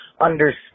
understand